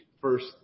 first